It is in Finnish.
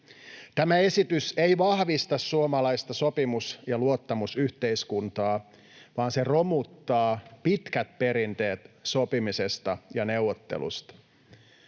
Tämä esitys ei vahvista suomalaista sopimus- ja luottamusyhteiskuntaa, vaan se romuttaa pitkät perinteet sopimisesta ja neuvotteluista.